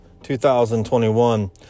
2021